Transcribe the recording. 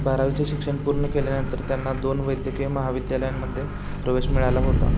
बारावीचे शिक्षण पूर्ण केल्यानंतर त्यांना दोन वैद्यकीय महाविद्यालयांमध्ये प्रवेश मिळाला होता